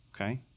Okay